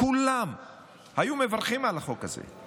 כולם היו מברכים על החוק הזה.